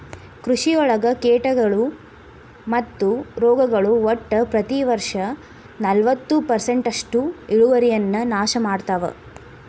ಕೃಷಿಯೊಳಗ ಕೇಟಗಳು ಮತ್ತು ರೋಗಗಳು ಒಟ್ಟ ಪ್ರತಿ ವರ್ಷನಲವತ್ತು ಪರ್ಸೆಂಟ್ನಷ್ಟು ಇಳುವರಿಯನ್ನ ನಾಶ ಮಾಡ್ತಾವ